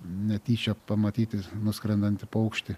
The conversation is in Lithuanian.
netyčia pamatyti skrendantį paukštį